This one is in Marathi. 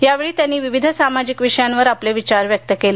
यावेळी त्यांनी विविध सामाजिक विषयांवर आपले विचार व्यक्त केले